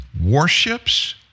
warships